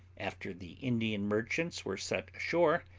after the indian merchants were set ashore,